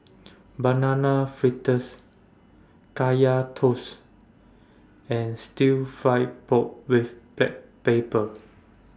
Banana Fritters Kaya Toast and Stir Fried Pork with Black Pepper